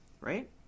Right